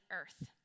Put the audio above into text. Earth